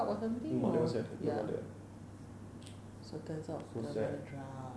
the mother was at so sad